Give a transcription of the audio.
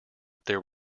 there